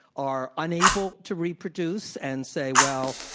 are unable to reproduce and say, well,